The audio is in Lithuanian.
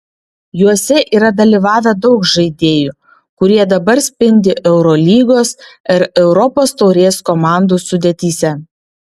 juose yra dalyvavę daug žaidėjų kurie dabar spindi eurolygos ar europos taurės komandų sudėtyse